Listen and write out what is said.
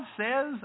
says